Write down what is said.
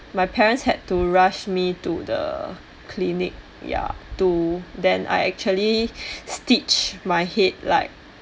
my parents had to rush me to the clinic ya to then I actually stitched my head like